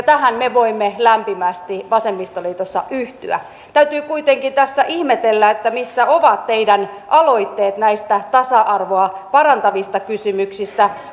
tähän me voimme lämpimästi vasemmistoliitossa yhtyä täytyy kuitenkin tässä ihmetellä missä ovat teidän aloitteenne näistä tasa arvoa parantavista kysymyksistä